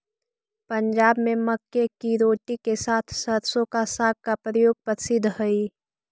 पंजाब में मक्के की रोटी के साथ सरसों का साग का प्रयोग प्रसिद्ध हई